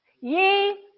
Ye